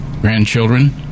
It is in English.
grandchildren